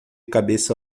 cabeça